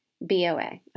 BOA